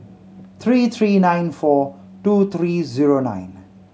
three three nine four two three zero nine